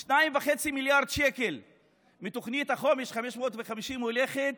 2.5 מיליארד שקל מתוכנית החומש 550 הולכים